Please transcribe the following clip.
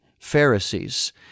Pharisees